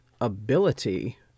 Ability